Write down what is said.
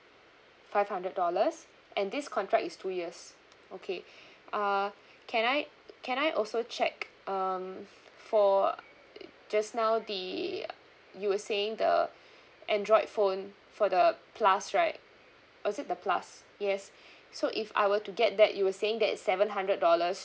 five hundred dollars and this contract is two years okay uh can I can I also check um for uh just now the you were saying the android phone for the plus right was it the plus yes so if I were to get that you were saying that it's seven hundred dollars